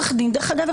דרך אגב,